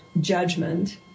judgment